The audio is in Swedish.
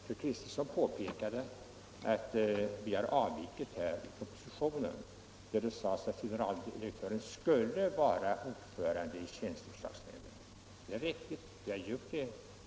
Fru Kristensson påpekade att vi härvidlag har avvikit från propositionen, där det sades att generaldirektören skulle vara ordförande i tjänsteförslagsnämnden. Det är riktigt att vi har gjort det.